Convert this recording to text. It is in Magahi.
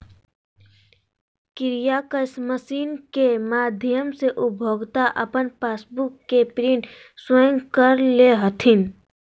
कियाक्स मशीन के माध्यम से उपभोक्ता अपन पासबुक के प्रिंटिंग स्वयं कर ले हथिन